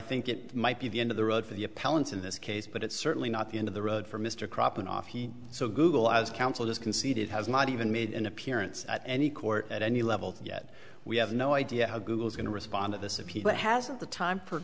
think it might be the end of the road for the appellant in this case but it's certainly not the end of the road for mr crop and off he so google as counsel has conceded has not even made an appearance at any court at any level yet we have no idea how google is going to respond to this appeal but hasn't the time for